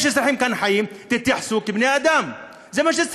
יש אזרחים שחיים כאן.